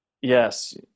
yes